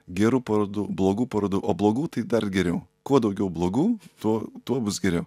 gerų parodų blogų parodų o blogų tai dar geriau kuo daugiau blogų tuo tuo bus geriau